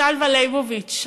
לשלוה ליבוביץ,